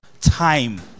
time